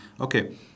okay